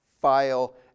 file